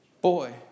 Boy